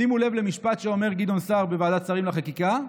שימו לב למשפט שאומר גדעון סער בוועדת שרים לחקיקה: